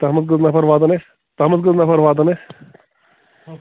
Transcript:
تَتھ منٛز کٔژ نَفَر واتَن اَسہِ تَتھ منٛز کٔژ نَفَر واتَن اَسہِ